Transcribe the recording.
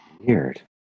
Weird